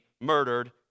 murdered